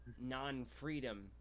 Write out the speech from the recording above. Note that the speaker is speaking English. non-freedom